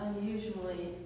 unusually